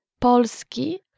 polski